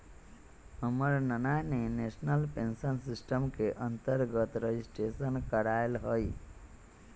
हमर नना ने नेशनल पेंशन सिस्टम के अंतर्गत रजिस्ट्रेशन करायल हइ